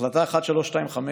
החלטה 1325,